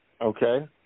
Okay